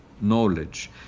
knowledge